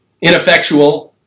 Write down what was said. Ineffectual